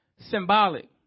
symbolic